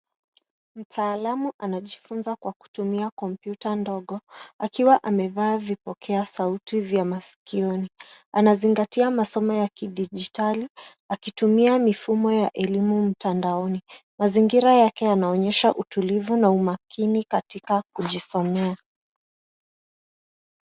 Mtaalamu anajifunza kwa kutumia kompyuta ndogo akiwa amevaa vipokea sauti vya maskioni. Anazingatia masomo ya kidijitali akitumia mifumo ya elimu mtandaoni. Mazingira yake yanaonyesha utulivu na umakini katika kujisomea.